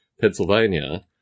Pennsylvania